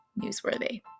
newsworthy